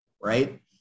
right